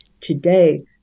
today